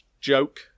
joke